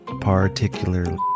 Particularly